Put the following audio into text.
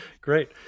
great